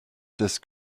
des